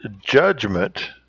judgment